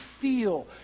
feel